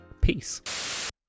Peace